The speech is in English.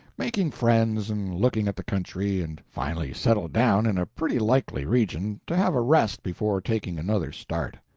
making friends and looking at the country, and finally settled down in a pretty likely region, to have a rest before taking another start.